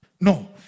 No